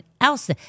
else